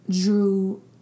drew